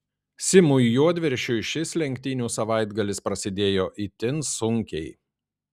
simui juodviršiui šis lenktynių savaitgalis prasidėjo itin sunkiai